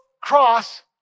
cross